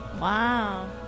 Wow